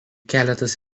keletas